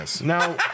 Now